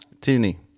Tini